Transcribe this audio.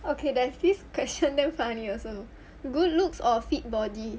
okay there's this question damn funny also good looks or fit body